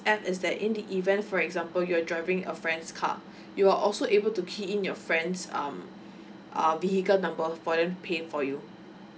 app is that in the event for example you're driving a friend's car you are also able to key in your friends um uh vehicle number for them to pay for you